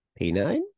P9